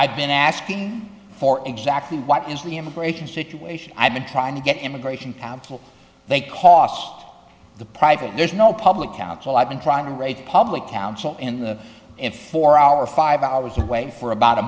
i've been asking for exactly what is the immigration situation i've been trying to get immigration council they cost the private there's no public council i've been trying to raise public counsel in the if for our five i was away for about a